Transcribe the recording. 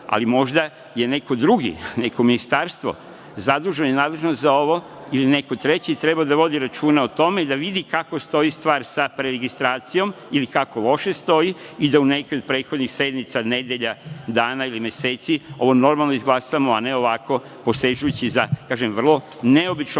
ali možda je neko drugi, neko ministarstvo zaduženo i nadležno za ovo ili neko treći, treba da vodi računa o tome, da vidi kako stoji stvar sa preregistracijom ili kako loše stoji i da u nekoj od prethodnih sednica, nedelja, dana ili meseci ovo normalno izglasamo, a ne ovako posežući za, kažem, vrlo neobičnom